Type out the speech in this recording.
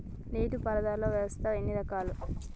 నీటి పారుదల వ్యవస్థ ఎన్ని రకాలు?